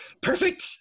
perfect